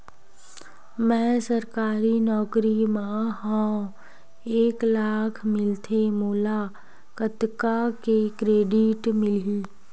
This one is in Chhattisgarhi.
मैं सरकारी नौकरी मा हाव एक लाख मिलथे मोला कतका के क्रेडिट मिलही?